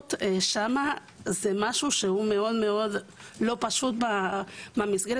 ההגדרות שם היא משהו לא פשוט במסגרת